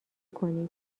کنید